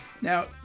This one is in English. Now